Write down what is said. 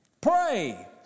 Pray